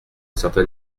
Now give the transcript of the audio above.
certain